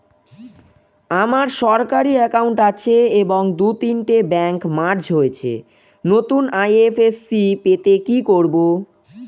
আমার সরকারি একাউন্ট আছে এবং দু তিনটে ব্যাংক মার্জ হয়েছে, নতুন আই.এফ.এস.সি পেতে কি করব?